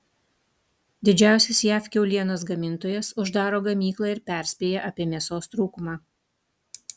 didžiausias jav kiaulienos gamintojas uždaro gamyklą ir perspėja apie mėsos trūkumą